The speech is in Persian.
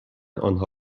آنها